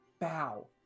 bow